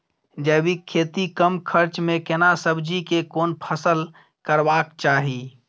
जैविक खेती कम खर्च में केना सब्जी के कोन फसल करबाक चाही?